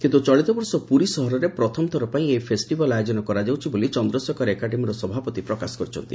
କିନ୍ତୁ ଚଳିତ ବର୍ଷ ପୁରୀ ସହରେ ପ୍ରଥମଥର ପାଇଁ ଏହି ଫେଷିଭାଲ ଆୟୋଜନ କରାଯାଉଛି ବୋଲି ଚନ୍ଦ୍ରଶେଖର ଏକାଡେମୀର ସଭାପତି ପ୍ରକାଶ କରିଛନ୍ତି